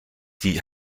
die